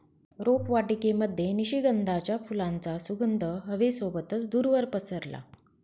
रोपवाटिकेमध्ये निशिगंधाच्या फुलांचा सुगंध हवे सोबतच दूरवर पसरला